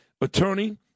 attorney